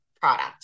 product